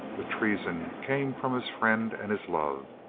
the treason came from his friend and his love.